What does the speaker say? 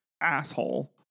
asshole